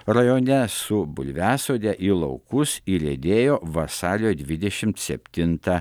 rajone su bulviasode į laukus įriedėjo vasario dvidešimt septintą